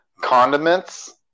condiments